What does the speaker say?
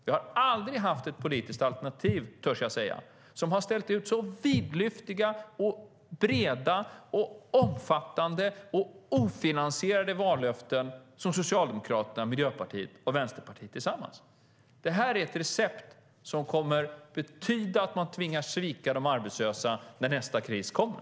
Vi har aldrig haft ett politiskt alternativ, törs jag säga, som har ställt ut så vidlyftiga, breda, omfattande och ofinansierade vallöften som Socialdemokraterna, Miljöpartiet och Vänsterpartiet tillsammans. Det här är ett recept som kommer att betyda att man tvingas svika de arbetslösa när nästa kris kommer.